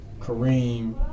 Kareem